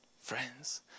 friends